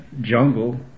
jungle